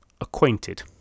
acquainted